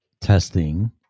Testing